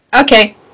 okay